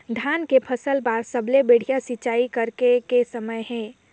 धान के फसल बार सबले बढ़िया सिंचाई करे के समय हे?